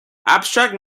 abstract